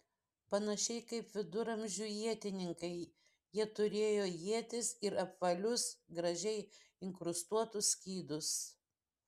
panašiai kaip viduramžių ietininkai jie turėjo ietis ir apvalius gražiai inkrustuotus skydus